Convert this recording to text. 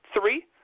three